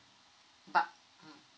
but mm